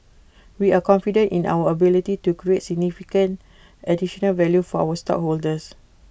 we are confident in our ability to create significant additional value for our stockholders